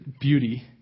beauty